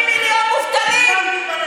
של חצי מיליון מובטלים?